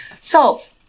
Salt